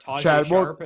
Chad